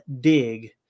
dig